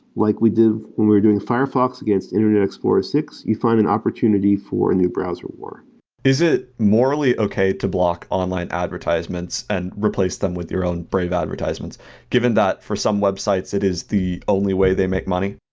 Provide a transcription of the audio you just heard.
like we did when we're doing firefox against internet explorer six, you find an opportunity for a new browser war is it morally okay to block online advertisements and replace them with your own brave advertisements given that for some websites it is the only way they make money?